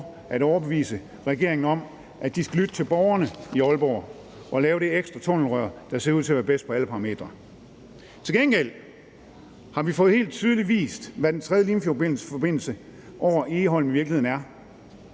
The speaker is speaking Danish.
at overbevise regeringen om, at de skal lytte til borgerne i Aalborg og lave det ekstra tunnelrør, der ser ud til at være bedst på alle parametre. Kl. 15:21 Til gengæld har vi fået helt tydeligt vist, hvad den tredje Limfjordsforbindelse over Egholm i virkeligheden er.